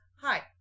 Hi